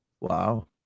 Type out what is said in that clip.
wow